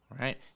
right